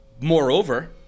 Moreover